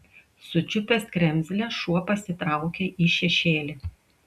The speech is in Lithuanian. sučiupęs kremzlę šuo pasitraukė į šešėlį